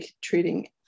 treating